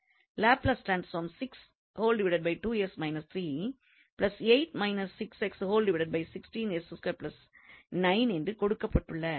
Laplace transform என்று கொடுக்கப்பட்டுள்ள function இதுவே ஆகும்